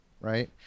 right